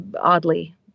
oddly